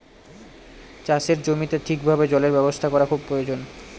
চাষের জমিতে ঠিক ভাবে জলের ব্যবস্থা করা খুব প্রয়োজন